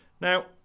now